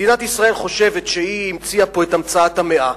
מדינת ישראל חושבת שהיא המציאה פה את המצאת המאה,